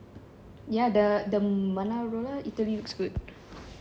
ya the monarola italy looks good